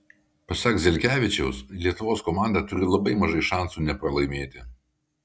pasak zelkevičiaus lietuvos komanda turi labai mažai šansų nepralaimėti